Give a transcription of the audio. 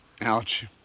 Ouch